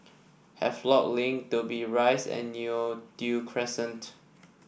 Havelock Link Dobbie Rise and Neo Tiew Crescent